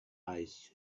eyes